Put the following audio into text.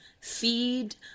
feed